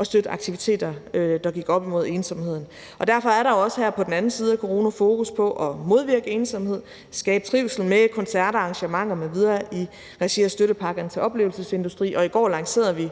at støtte aktiviteter, der gik op imod ensomheden. Derfor er der også her på den anden side af coronaen fokus på at modvirke ensomhed og skabe trivsel med koncerter, arrangementer m.v. i regi af støttepakkerne til oplevelsesindustrien, og i går lancerede vi